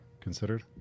considered